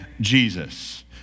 Jesus